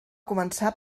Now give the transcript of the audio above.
començar